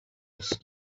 with